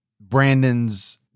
Brandon's